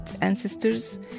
ancestors